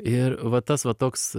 ir va tas va toks